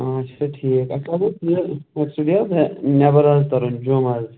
اَچھا ٹھیٖک ایکچوٗٔلی یہِ پرسوٗ گٔیاس نا نٮ۪بر حظ تَرُن جوٚم حظ